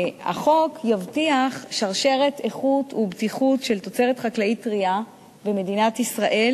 החוק יבטיח שרשרת איכות ובטיחות של תוצרת חקלאית טרייה במדינת ישראל,